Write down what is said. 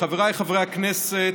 חבריי חברי הכנסת,